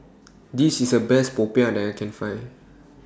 This IS The Best Popiah that I Can Find